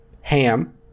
ham